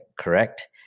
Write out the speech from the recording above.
correct